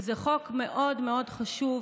כי זה חוק מאוד מאוד חשוב,